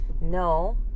no